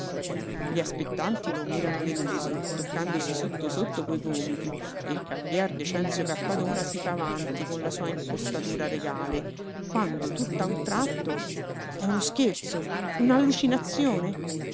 regio commissario gli aspettanti lo mirano delusi toccandosi sotto sotto coi gomiti e il cavalier decenzio cappadona si fa avanti con la sua impostatura regale quando tutt'a un tratto è uno scherzo